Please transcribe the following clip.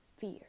Fear